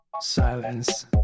Silence